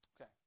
Okay